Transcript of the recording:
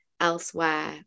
elsewhere